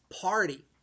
party